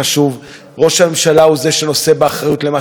ראש הממשלה הוא שנושא באחריות למה שקורה במדינה,